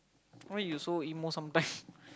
why you so emo sometimes